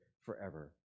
forever